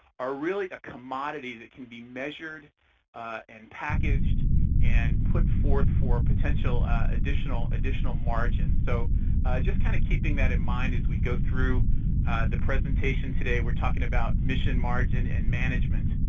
are really a commodity that can be measured and packaged and put forth for potential additional additional margin. so just kind of keeping that in mind as we go through the presentation today, we're talking about mission, margin and management.